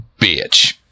bitch